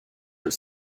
its